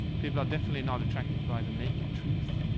people are definitely not attracted by the naked truth.